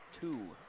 two